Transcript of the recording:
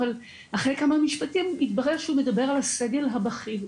אבל אחרי כמה משפטים התברר שהוא מדבר על הסגל הבכיר בלבד.